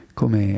come